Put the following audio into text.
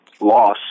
loss